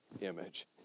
image